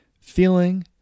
feeling